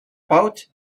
pouch